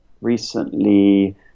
recently